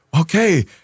okay